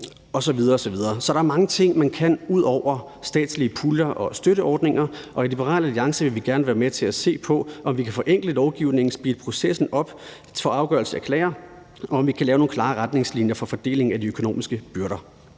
Så der er mange ting, man kan ud over statslige puljer og støtteordninger, og i Liberal Alliance vil vi gerne være med til at se på, om vi kan forenkle lovgivningen, speede processen op, få afgørelser af klager, og om vi kan lave nogle klare retningslinjer for fordeling af de økonomiske byrder.